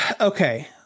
Okay